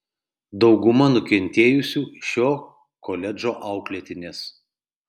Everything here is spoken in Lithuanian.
dauguma nukentėjusių šio koledžo auklėtinės